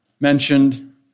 mentioned